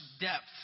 depth